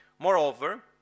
Moreover